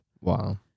Wow